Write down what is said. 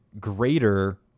greater